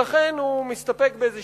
ולכן הוא מסתפק באיזו